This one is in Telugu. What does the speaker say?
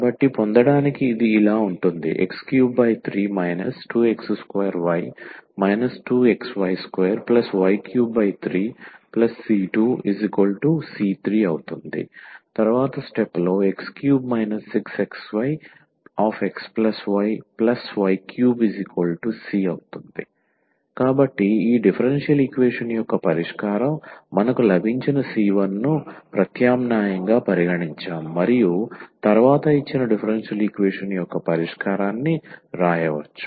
కాబట్టి పొందడానికి ఇది ఇలా ఉంటుంది ⟹x33 2x2y 2xy2y33c2c3 x3 6xyxyy3c కాబట్టి ఈ డిఫరెన్షియల్ ఈక్వేషన్ యొక్క పరిష్కారం మనకు లభించిన c1 ను ప్రత్యామ్నాయంగా పరిగణించాము మరియు తరువాత ఇచ్చిన డిఫరెన్షియల్ ఈక్వేషన్ యొక్క పరిష్కారాన్ని వ్రాయవచ్చు